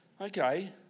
Okay